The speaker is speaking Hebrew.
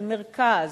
של מרכז,